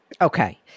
Okay